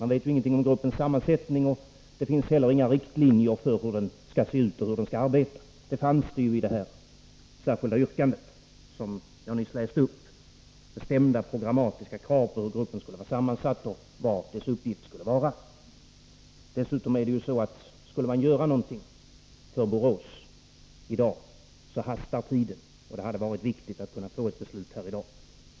Det finns inte heller några riktlinjer för hur en sådan grupp skulle arbeta. Det fanns det däremot i det särskilda yrkande som jag nyss läste upp. Där ställdes bestämda och programmatiska krav på gruppens sammansättning och dess uppgifter. Dessutom förhåller det sig så, att skall man göra någonting för Eiserkoncernen i Borås, så hastar tiden. Ett beslut här i dag skulle ha varit betydelsefullt.